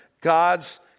God's